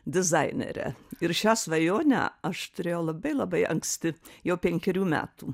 dizainere ir šią svajonę aš turėjau labai labai anksti jau penkerių metų